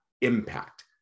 impact